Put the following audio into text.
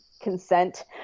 consent